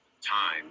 time